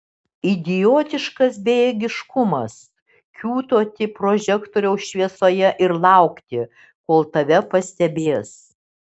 idiotiškas bejėgiškumas kiūtoti prožektoriaus šviesoje ir laukti kol tave pastebės